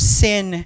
sin